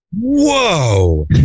whoa